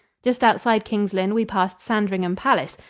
just outside king's lynn we passed sandringham palace,